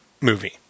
movie